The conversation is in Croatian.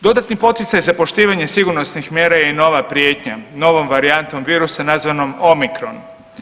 Dodatni poticaj za poštivanje sigurnosnih mjera je i nova prijetnja novom varijantom virusa nazvanom Omicron.